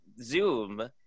Zoom